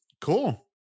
cool